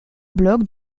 blog